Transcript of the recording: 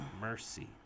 mercy